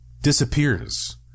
disappears